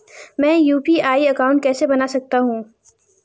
मैं UPI account कैसे बना सकता हूं?